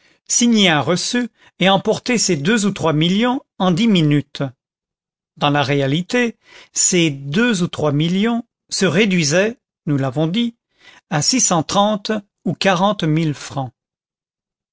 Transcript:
signer un reçu et emporter ses deux ou trois millions en dix minutes dans la réalité ces deux ou